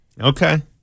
Okay